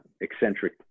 eccentric